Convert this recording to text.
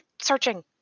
searching